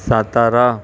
Satara